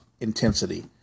intensity